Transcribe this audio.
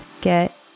get